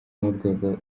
n’urwego